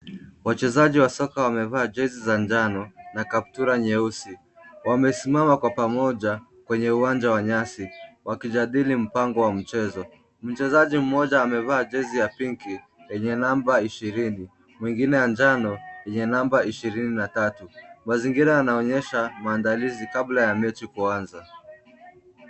Wachezaji wa soka wamevaa jezi za njano na kaptura nyeusi. Wamesimama kwa pamoja kwenye uwanja wa nyasi wakijadili mpango wa mchezo. Mchezaji mmoja amevaa jezi ya pinki yenye namba ishirini, mwingine ya njano yenye namba ishirini na tatu. Mazingira yanaonyesha maandalizi kabla ya mechi kuanza.